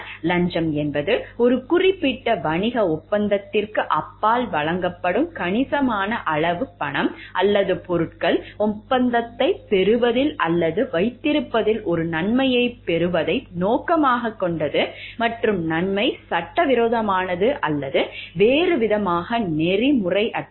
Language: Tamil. லஞ்சம் என்பது ஒரு குறிப்பிட்ட வணிக ஒப்பந்தத்திற்கு அப்பால் வழங்கப்படும் கணிசமான அளவு பணம் அல்லது பொருட்கள் ஒப்பந்தத்தைப் பெறுவதில் அல்லது வைத்திருப்பதில் ஒரு நன்மையைப் பெறுவதை நோக்கமாகக் கொண்டது மற்றும் நன்மை சட்டவிரோதமானது அல்லது வேறுவிதமாக நெறிமுறையற்றது